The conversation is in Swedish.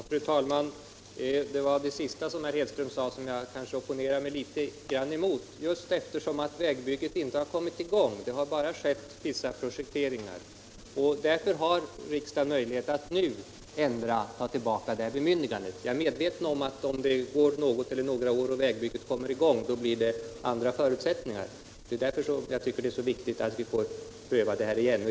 Fru talman! Det sista herr Hedström sade opponerar jag mig emot. Just därför att vägbygget inte har kommit i gång — det har bara skett vissa projekteringar — har riksdagen möjlighet att nu ta tillbaka sitt bemyndigande. Jag är medveten om att förutsättningarna blir andra om det går något eller några år och vägbygget kommer i gång. Det är därför som jag tycker att det är så viktigt att vi får pröva frågan igen.